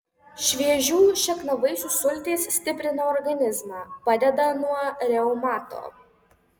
šviežių šakniavaisių sultys stiprina organizmą padeda nuo reumato